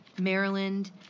Maryland